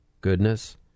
goodness